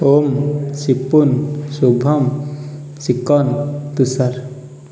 Om Sipun Shubham Sikan Tushar